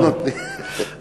לא נותנים.